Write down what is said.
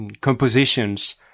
compositions